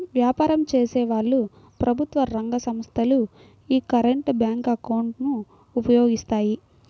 వ్యాపారం చేసేవాళ్ళు, ప్రభుత్వ రంగ సంస్ధలు యీ కరెంట్ బ్యేంకు అకౌంట్ ను ఉపయోగిస్తాయి